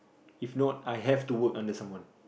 if not I have to work under someone